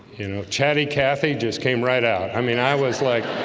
you know chatty cathy just came right out. i mean i was like